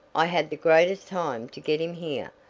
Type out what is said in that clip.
i had the greatest time to get him here,